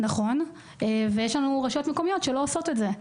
נכון, ויש רשויות מקומיות שלא עושות את זה.